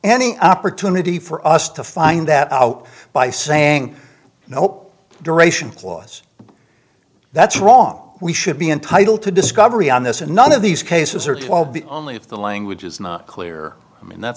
any opportunity for us to find that out by saying nope duration clause that's wrong we should be entitled to discovery on this and none of these cases are twelve only if the language is not clear i mean that's